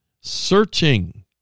searching